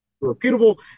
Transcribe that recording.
reputable